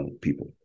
people